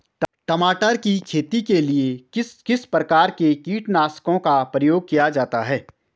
टमाटर की खेती के लिए किस किस प्रकार के कीटनाशकों का प्रयोग किया जाता है?